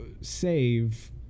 save